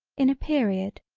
in a period,